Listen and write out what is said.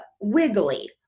wiggly